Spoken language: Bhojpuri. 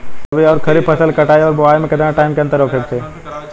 रबी आउर खरीफ फसल के कटाई और बोआई मे केतना टाइम के अंतर होखे के चाही?